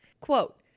quote